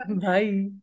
Bye